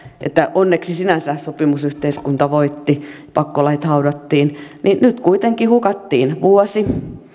onneksi sinänsä sopimusyhteiskunta voitti ja pakkolait haudattiin niin nyt kuitenkin hukattiin vuosi